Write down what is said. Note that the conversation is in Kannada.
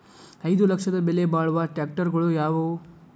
ಐದು ಲಕ್ಷದ ಬೆಲೆ ಬಾಳುವ ಟ್ರ್ಯಾಕ್ಟರಗಳು ಯಾವವು?